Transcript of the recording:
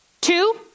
Two